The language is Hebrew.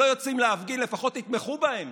אתם לא יוצאים להפגין, לפחות תתמכו בהם.